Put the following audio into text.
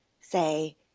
say